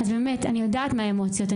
אבל באמת, אני יודעת מה האמוציות.